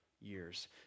years